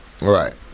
Right